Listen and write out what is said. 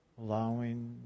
allowing